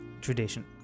tradition